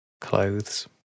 clothes